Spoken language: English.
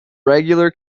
regular